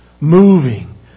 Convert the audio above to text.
moving